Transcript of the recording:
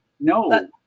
No